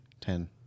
Ten